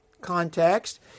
context